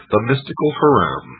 the mystical harem.